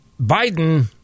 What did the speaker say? Biden